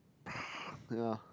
ya